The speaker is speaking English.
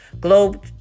Globe